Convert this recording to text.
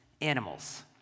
animals